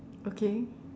okay